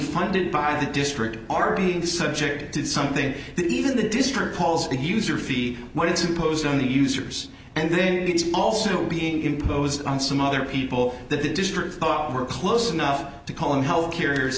funded by the district are being subject to something that even the district calls the user fee when it's imposed on the users and then it's also being imposed on some other people that the district thought were close enough to call and help carriers